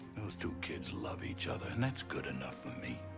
those two kids love each other and that's good enough for me.